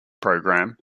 program